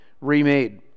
remade